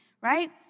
right